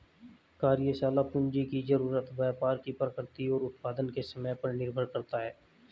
कार्यशाला पूंजी की जरूरत व्यापार की प्रकृति और उत्पादन के समय पर निर्भर करता है